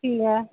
ठीक ऐ